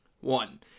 one